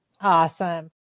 Awesome